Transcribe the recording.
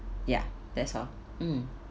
ya that's all mm